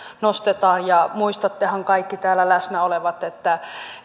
nostetaan esiin ja muistattehan kaikki täällä läsnä olevat että